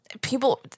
people